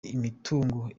imitungo